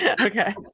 okay